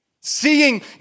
Seeing